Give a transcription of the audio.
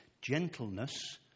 gentleness